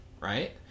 right